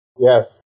Yes